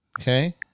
okay